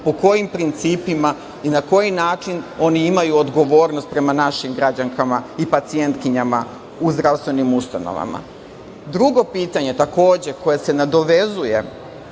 po kojim principima i na koji način oni imaju odgovornost prema našim građankama i pacijentkinjama u zdravstvenim ustanovama. Drugo pitanje takođe koje se nadovezuje